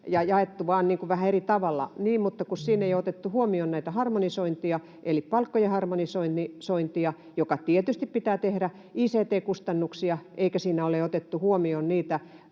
Samat päättäjät!] Niin, mutta kun siinä ei ole otettu huomioon näitä harmonisointeja, eli palkkojen harmonisointia, joka tietysti pitää tehdä, ict-kustannuksia, eikä siinä ole otettu huomioon